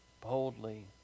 boldly